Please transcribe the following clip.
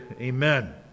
Amen